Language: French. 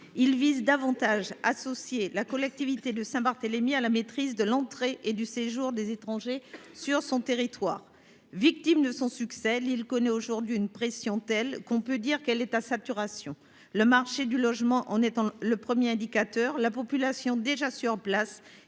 associer davantage la collectivité de Saint Barthélemy à la maîtrise de l’entrée et du séjour des étrangers sur son territoire. Victime de son succès, l’île connaît aujourd’hui une pression telle qu’elle est à saturation. Le marché du logement en est le premier indicateur : la population déjà sur place